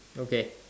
okay